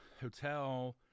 hotel